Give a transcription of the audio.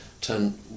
turn